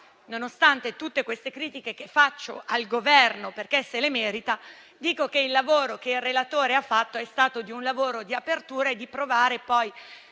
Nonostante tutte le critiche che faccio al Governo, perché se le merita, dico che il lavoro che il relatore ha fatto è stato di apertura, per provare ad